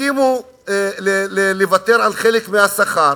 הסכימו לוותר על חלק מהשכר,